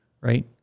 right